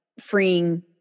freeing